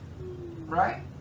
Right